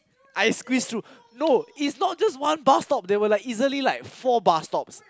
I squeeze through no it's not just one stop there were like easily four bus stops